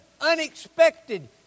unexpected